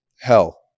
hell